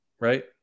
Right